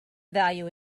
value